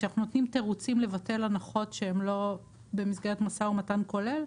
כשאנחנו נותנים תירוצים לבטל הנחות שהוא לא במסגרת משא ומתן כולל,